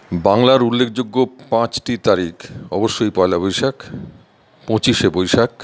বাংলার উল্লেখযোগ্য পাঁচটি তারিখ অবশ্যই পয়লা বৈশাখ পঁচিশে বৈশাখ